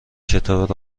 کتاب